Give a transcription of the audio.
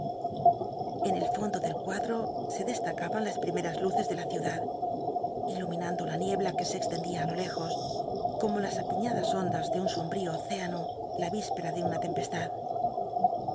en el fondo del cuadro se destacaban las primeras luces de la ciudad iluminando la niebla que se ex tendía i lo lejos como las piñadas ondas de un sombl'ío océano la víspera de una tempestad